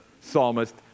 psalmist